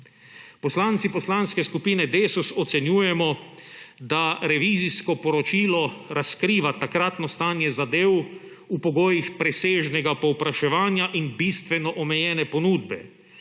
Poslanci Poslanske skupine DeSUS ocenjujemo, da revizijsko poročilo razkriva takratno stanje zadev v pogojih presežnega povpraševanja in bistveno omejene ponudbe